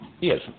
Yes